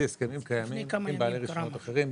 הסכמים קיימים עם בעלי רישיונות אחרים,